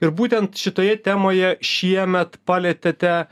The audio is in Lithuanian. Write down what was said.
ir būtent šitoje temoje šiemet palietėte